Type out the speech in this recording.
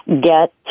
get